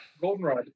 goldenrod